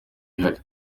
ihari